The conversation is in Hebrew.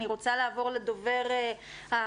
אני רוצה לעבור לדובר האחרון,